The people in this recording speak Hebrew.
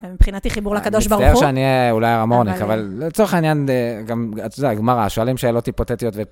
מבחינתי חיבור לקדוש ברוך הוא. מצטער שאני אהיה אולי הר-המורניק, אבל לצורך העניין גם, את יודעת, גמרא, שואלים שאלות היפותטיות.